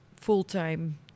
full-time